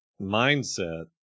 mindset